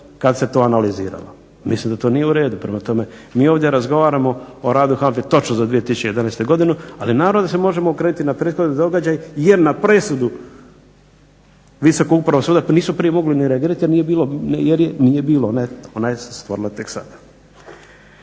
kad se to analiziralo. Mislim da to nije u redu. Prema tome, mi ovdje razgovaramo o radu HANFA-e točno za 2011. godinu, ali naravno da se možemo okrenuti na prethodni događaj, jer na presudu Visoko upravnog suda nisu prije mogli ni reagirati jer nije bilo, jer je nije bilo,